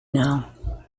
know